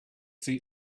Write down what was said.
see